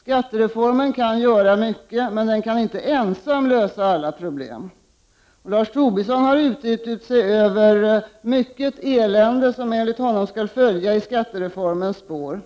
Skattereformen kan göra mycket, men den kan inte ensam lösa alla problem. Lars Tobisson har utgjutit sig över mycket elände som enligt honom skall följa i skattereformens spår.